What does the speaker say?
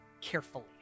carefully